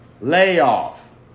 layoff